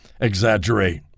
exaggerate